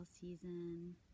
season